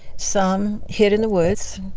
some hid in the woods.